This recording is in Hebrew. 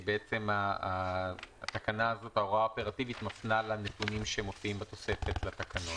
כי ההוראה האופרטיבית מפנה לנתונים שמופיעים בתוספת לתקנות.